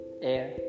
Air